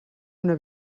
una